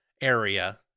area